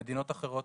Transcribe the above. במדינות אחרות,